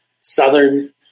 Southern